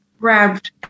grabbed